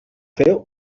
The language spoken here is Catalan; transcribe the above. fer